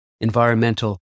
environmental